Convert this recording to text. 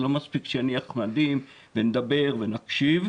זה לא מספיק שנהיה נחמדים ונדבר ונקשיב.